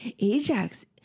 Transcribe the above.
Ajax